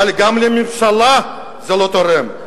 אבל גם לממשלה זה לא תורם.